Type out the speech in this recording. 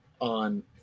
on